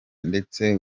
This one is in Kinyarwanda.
ndetse